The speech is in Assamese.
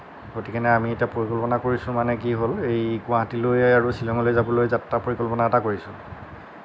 গতিকে আমি এতিয়া পৰিকল্পনা কৰিছোঁ মানে কি হ'ল এই গুৱাহাটীলৈ আৰু শ্বিলঙলৈ যাবলৈ যাত্ৰা পৰিকল্পনা এটা কৰিছোঁ